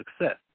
success